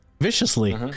viciously